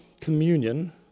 communion